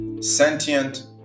sentient